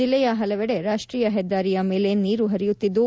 ಜೆಲ್ಲೆಯ ಪಲವೆಡೆ ರಾಷ್ಟೀಯ ಹೆದ್ದಾರಿಯ ಮೇಲೆ ನೀರು ಹರಿಯುತ್ತಿದ್ದು